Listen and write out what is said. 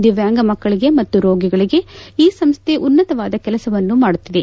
ದಿವ್ಲಾಂಗ ಮಕ್ಕಳಗೆ ಮತ್ತು ರೋಗಿಗಳಿಗೆ ಈ ಸಂಸ್ಥೆ ಉನ್ನತವಾದ ಕೆಲಸವನ್ನು ಮಾಡುತ್ತಿದೆ